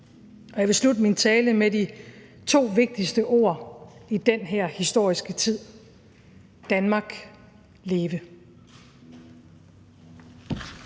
Jeg vil slutte min tale med de to vigtigste ord i denne historiske tid: Danmark leve!